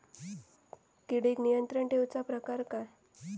किडिक नियंत्रण ठेवुचा प्रकार काय?